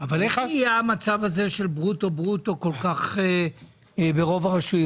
איך נהיה המצב הזה של ברוטו-ברוטו ברוב הרשויות?